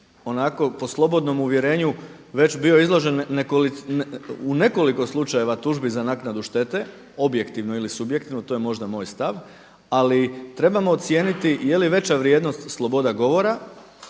po slobodnom uvjerenju već bio izložen u nekoliko slučajeva tužbi za naknadu štete, objektivno ili subjektivno to je možda moj stav, ali trebamo ocijeniti jeli veća vrijednost sloboda govora